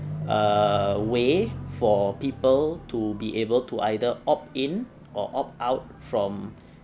err way for people to be able to either opt in or opt out from